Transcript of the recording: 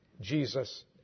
Jesus